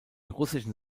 russischen